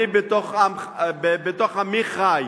אני בתוך עמי חי,